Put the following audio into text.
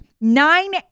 nine